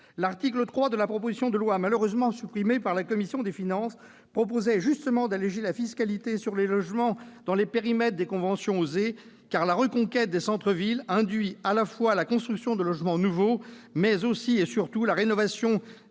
L'article 3 de la proposition de loi, malheureusement supprimé par la commission des finances, visait justement à alléger la fiscalité sur les logements dans les périmètres des conventions « OSER ». Car la reconquête des centres-villes induit à la fois la construction de logements nouveaux, mais aussi et surtout la rénovation